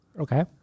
okay